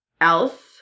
else